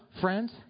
friends